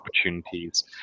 opportunities